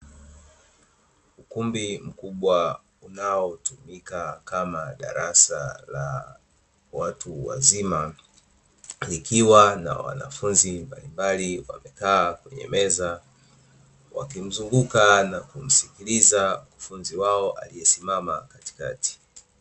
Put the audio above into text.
Ukumbi mkubwa unaotumika kama darasa la watu wazima likiwa na wanafunzi mbalimbali wamekaa kwenye meza wakimzunguka na kumsikiiza mkufunzi wao aliyesimama katikati.